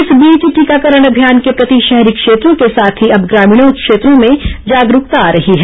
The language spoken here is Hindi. इस बीच टीकाकरण अभियान के प्रति शहरी क्षेत्रों के साथ ही अब ग्रामीणों क्षेत्रों में जागरूकता आ रही है